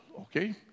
okay